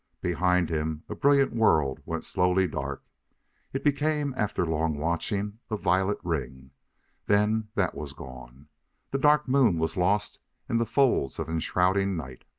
behind him a brilliant world went slowly dark it became, after long watching, a violet ring then that was gone the dark moon was lost in the folds of enshrouding night.